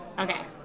okay